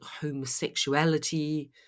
homosexuality